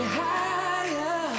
higher